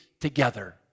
together